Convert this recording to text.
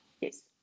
Yes